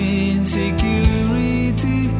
insecurity